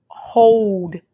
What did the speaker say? hold